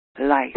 life